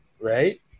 right